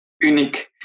unique